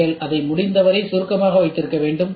நீங்கள் அதை முடிந்தவரை சுருக்கமாக வைத்திருக்க வேண்டும்